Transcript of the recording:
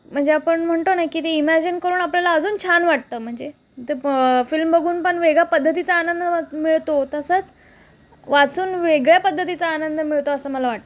म्हणजे आपण म्हणतो ना की ते इमॅजिन करून आपल्याला अजून छान वाटतं म्हणजे ते फिल्म बघून पण वेगळा पद्धतीचा आनंद मिळतो तसंच वाचून वेगळ्या पद्धतीचा आनंद मिळतो असं मला वाटतं